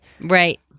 Right